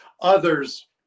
others